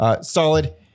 Solid